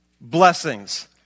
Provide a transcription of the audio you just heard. blessings